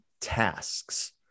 tasks